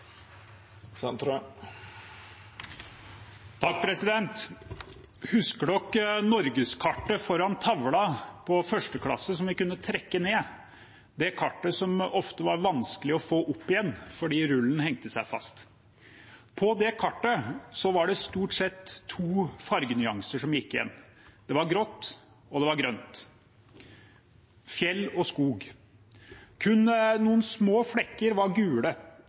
Husker dere norgeskartet foran tavla i 1. klasse – det kartet som vi kunne trekke ned, og som ofte var vanskelig å få opp igjen, fordi rullen hang seg fast? På det kartet var det stort sett to fargenyanser som gikk igjen. Det var grått, og det var grønt – fjell og skog. Kun noen små flekker var gule.